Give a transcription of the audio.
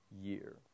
year